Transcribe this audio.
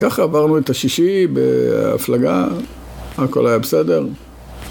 ‫ככה עברנו את השישי בהפלגה, ‫הכול היה בסדר.